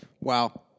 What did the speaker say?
Wow